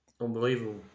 Unbelievable